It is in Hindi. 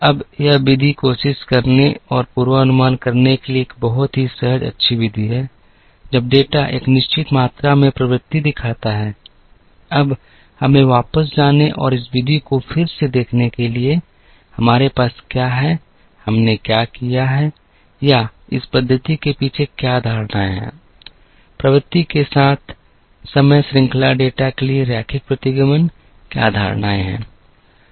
अब यह विधि कोशिश करने और पूर्वानुमान करने के लिए एक बहुत ही सहज अच्छी विधि है जब डेटा एक निश्चित मात्रा में प्रवृत्ति दिखाता है अब हमें वापस जाने और इस विधि को फिर से देखने के लिए हमारे पास क्या है हमने क्या किया है या इस पद्धति के पीछे क्या धारणाएं हैं प्रवृत्ति के साथ समय श्रृंखला डेटा के लिए रैखिक प्रतिगमन क्या धारणाएं हैं